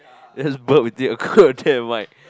you just burped into your god damn mic